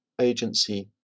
Agency